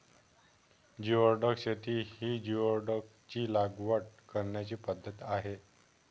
geoduck शेती ही जिओडॅकची लागवड करण्याची पद्धत आहे